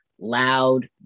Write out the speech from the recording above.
loud